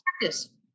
practice